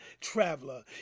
traveler